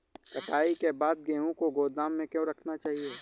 कटाई के बाद गेहूँ को गोदाम में क्यो रखना चाहिए?